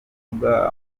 kuvuga